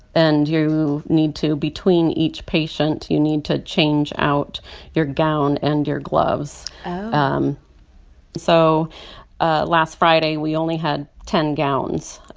and you need to between each patient, you need to change out your gown and your gloves oh um so ah last friday, we only had ten gowns.